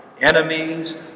enemies